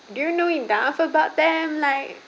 do you know enough about them like